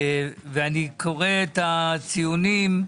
אני קורא את הציונים,